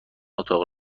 اتاق